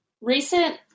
Recent